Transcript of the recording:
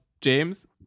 James